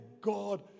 God